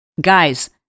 guys